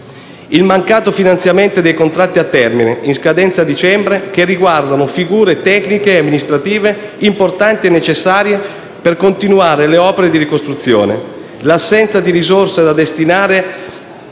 al mancato finanziamento dei contratti a termine, in scadenza dicembre, che riguardano figure tecniche e amministrative importanti e necessarie per continuare le opere di ricostruzione, all'assenza di risorse da destinare